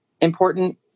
important